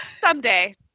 Someday